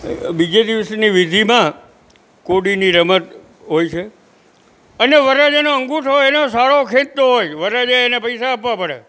બીજા દિવસની વિધિમાં કોડીની રમત હોય છે અને વરરાજાનો અંગુઠો એનો સાળો ખેંચતો હોય વરરાજાએ એના પૈસા આપવા પડે